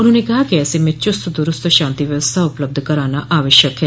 उन्होंने कहा कि ऐसे में चुस्त दुरूस्त शांति व्यवस्था उपलब्ध कराना आवश्यक है